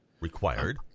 required